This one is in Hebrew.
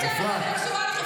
--- אפרת, בבקשה.